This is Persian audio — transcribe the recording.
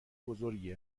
بزرگی